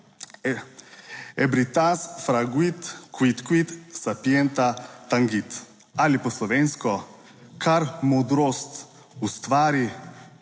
ebritas franguit, quidquid sapienta tangit ali po slovensko: kar modrost ustvari,